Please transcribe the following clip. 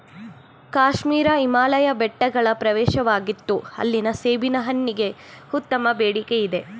ಕಾಶ್ಮೀರ ಹಿಮಾಲಯ ಬೆಟ್ಟಗಳ ಪ್ರವೇಶವಾಗಿತ್ತು ಅಲ್ಲಿನ ಸೇಬಿನ ಹಣ್ಣಿಗೆ ಉತ್ತಮ ಬೇಡಿಕೆಯಿದೆ